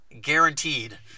guaranteed